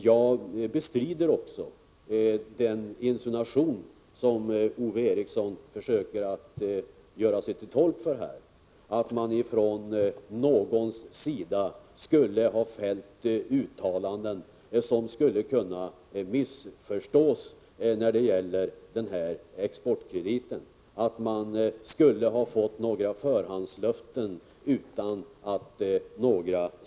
Jag bestrider också den insinuation som Ove Eriksson försöker föra fram, att någon skulle ha fällt uttalanden om denna exportkredit som skulle kunna missförstås och tas för förhandslöften. Några sådana förhandslöften har inte givits.